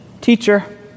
teacher